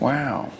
Wow